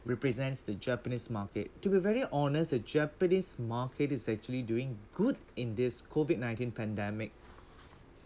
represents the japanese market to be very honest the japanese market is actually doing good in this COVID nineteen pandemic